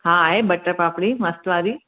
हा आहे बटन पापड़ी मस्तु वारी